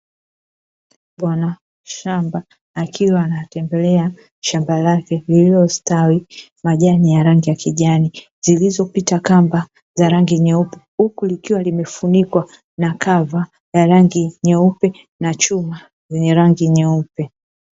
Bwana shamba akiwa anatembelea shamba lake lililostawi majani ya rangi ya kijani, zilizopita kamba za rangi nyeupe, huku likiwa limefunikwa na kava la rangi nyeupe na chuma zenye rangi nyeupe.